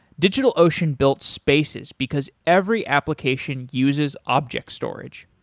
digitalocean built spaces, because every application uses objects storage.